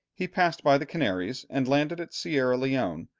he passed by the canaries, and landed at sierra leone,